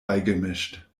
beigemischt